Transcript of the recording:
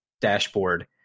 dashboard